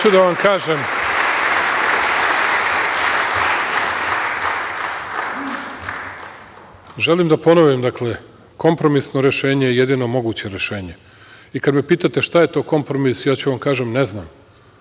pamet da pristanem. Želim da ponovim – kompromisno rešenje je jedino moguće rešenje i kada me pitate šta je to kompromis, ja ću da vam kažem – ne znam,